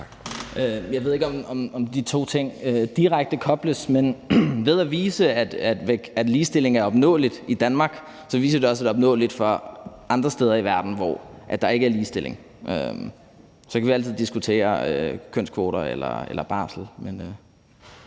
Jeg ved ikke, om de to ting direkte kobles, men ved at vise, at ligestilling er opnåeligt i Danmark, viser det også, at det er opnåeligt andre steder i verden, hvor der ikke er ligestilling. Så kan vi altid diskutere kønskvoter eller barsel. Kl.